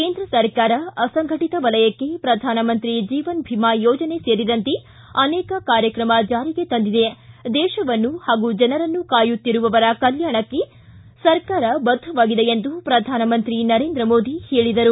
ಕೆಂದ್ರ ಸರ್ಕಾರ ಅಸಂಘಟಿತ ವಲಯಕ್ಕೆ ಪ್ರಧಾನಮಂತ್ರಿ ಜೀವನ ಭೀಮಾ ಯೋಜನೆ ಸೇರಿದಂತೆ ಅನೇಕ ಕಾರ್ಯಕ್ರಮ ಜಾರಿಗೆ ತಂದಿದೆ ದೇಶವನ್ನು ಹಾಗೂ ಜನರನ್ನು ಕಾಯುತ್ತಿರುವವರ ಕಲ್ಕಾಣಕ್ಕೆ ಸರ್ಕಾರ ಬದ್ಧವಾಗಿದೆ ಎಂದು ಪ್ರಧಾನಮಂತ್ರಿ ನರೇಂದ್ರ ಮೋದಿ ಹೇಳಿದರು